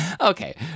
Okay